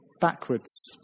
backwards